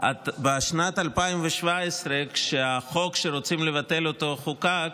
שבשנת 2017, כשהחוק שרוצים לבטל אותו חוקק,